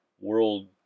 world